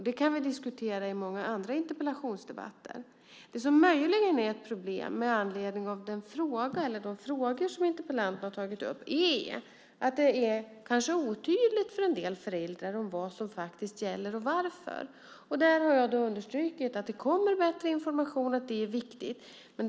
Det kan vi diskutera i många andra interpellationsdebatter. Det som möjligen är ett problem, med anledning av de frågor som interpellanten har tagit upp, är att det kanske är otydligt för en del föräldrar vad som faktiskt gäller och varför. Där har jag understrukit att det kommer bättre information och att det är viktigt.